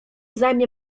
zajmie